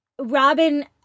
Robin